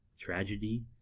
tragedy,